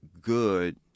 good